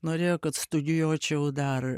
norėjo kad studijuočiau dar